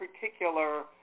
particular